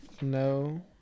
no